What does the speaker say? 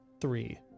three